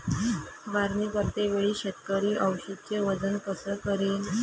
फवारणी करते वेळी शेतकरी औषधचे वजन कस करीन?